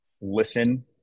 listen